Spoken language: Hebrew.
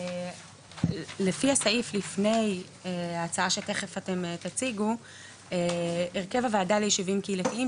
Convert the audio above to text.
לפי הסעיף לפני ההצעה שתכף אתם תציגו הרכב הוועדה ליישובים קהילתיים,